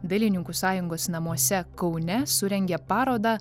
dailininkų sąjungos namuose kaune surengė parodą